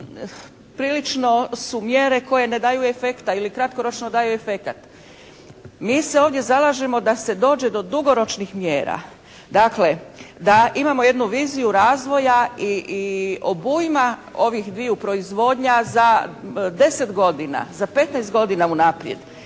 prilično su mjere koje ne daju efekta ili kratkoročno daju efekat. Mi se ovdje zalažemo da se dođe do dugoročnih mjera, dakle da imamo jednu viziju razvoja i obujma ovih dviju proizvodnja za 10 godina, za 15 godina unaprijed.